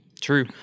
True